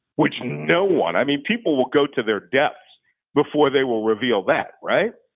which no one, i mean people will go to their deaths before they will reveal that, right?